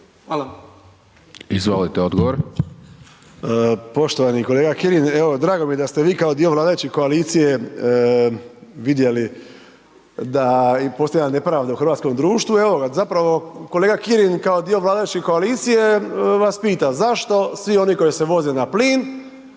Hrvoje (HRAST)** Poštovani kolega Kirin, evo, drago mi je da ste vi kao dio vladajuće koalicije vidjeli da i postoji nepravda u hrvatskom društvu. Evo ga, zapravo kolega Kirin kao dio vladajuće koalicije vas pita, zašto svi oni koji se voze na plin